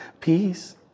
peace